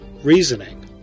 Reasoning